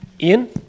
Ian